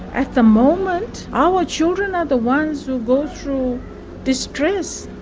at the moment, our children are the ones who go through distress,